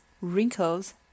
wrinkles